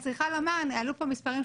עלו פה מספרים,